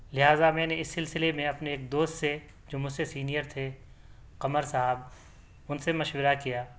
لہذٰا میں نے اِس سلسلے میں اپنے ایک دوست سے جو مجھ سے سینئر تھے قمر صاحب اُن سے مشورہ کیا